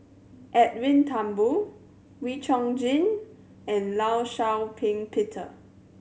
Edwin Thumboo Wee Chong Jin and Law Shau Ping Peter